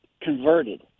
converted